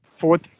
fourth